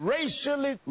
Racially